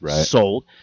sold